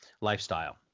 lifestyle